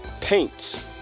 paints